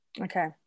Okay